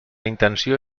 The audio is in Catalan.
intenció